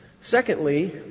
Secondly